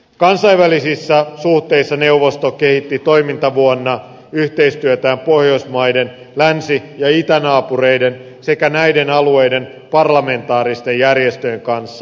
kansainvälisissä suhteissa neuvosto kehitti toimintavuonna yhteistyötään pohjoismaiden länsi ja itänaapureiden sekä näiden alueiden parlamentaaristen järjestöjen kanssa